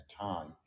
time